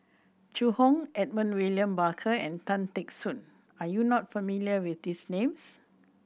Zhu Hong Edmund William Barker and Tan Teck Soon are you not familiar with these names